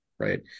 Right